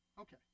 okay